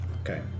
Okay